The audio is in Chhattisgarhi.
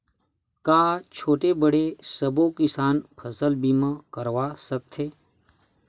का छोटे बड़े सबो किसान फसल बीमा करवा सकथे?